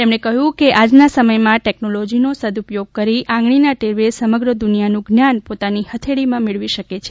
તેમણે કહ્યું કે આજના સમયમાં ટેકનોલોજીનો સદઉપયોગ કરી આંગળીના ટેરવે સમગ્ર દુનિયાનું જ્ઞાન પોતાની હથેળીમાં મેળવી શકે છે